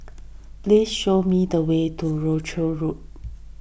please show me the way to Rochdale Road